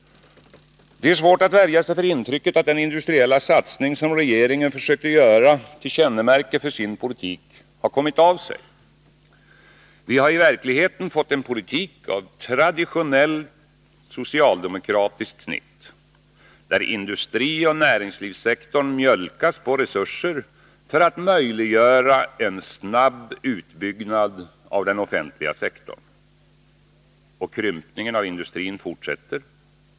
Det är svårt att värja sig för intrycket att den industriella satsning som regeringen försökte göra till kännemärke för sin politik har kommit av sig. Vi har verkligen fått en politik av traditionellt socialdemokratiskt snitt, där industrioch näringslivssektorn ”mjölkas” på resurser för att en snabb utbyggnad av den offentliga sektorn skall vara möjlig. Och krympningen av industrin fortsätter.